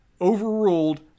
overruled